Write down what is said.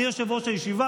אני יושב-ראש הישיבה,